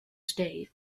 state